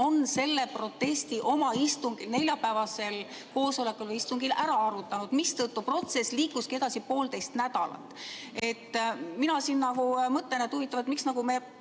on selle protesti oma neljapäevasel koosolekul või istungil läbi arutanud. Seetõttu protsess lükkuski edasi poolteist nädalat. Mina siin mõtlen, et huvitav, miks me